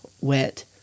wet